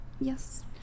Yes